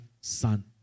son